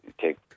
take